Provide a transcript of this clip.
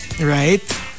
Right